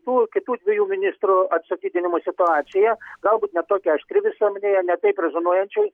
tų kitų dviejų ministrų atstatydinimo situacija galbūt ne tokia aštri visuomenėje ne taip rezonuojančiai